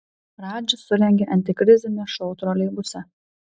radžis surengė antikrizinį šou troleibuse